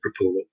report